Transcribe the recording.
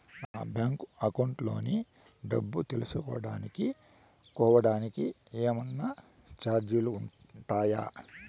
నా bank account లోని డబ్బు తెలుసుకోవడానికి కోవడానికి ఏమన్నా చార్జీలు ఉంటాయా?